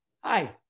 hi